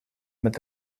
met